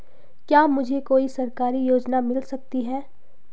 क्या मुझे कोई सरकारी योजना मिल सकती है?